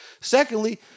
Secondly